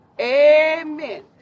Amen